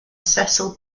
cecil